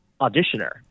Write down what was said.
auditioner